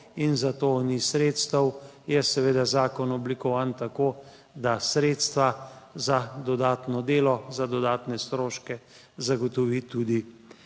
in za to ni sredstev, je seveda zakon oblikovan tako, da sredstva za dodatno delo, za dodatne stroške zagotovi tudi